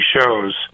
shows